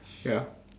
ya